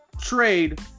trade